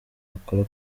wakora